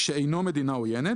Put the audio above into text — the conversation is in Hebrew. שאינו מדינה עוינת,